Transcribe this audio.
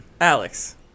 Alex